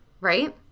right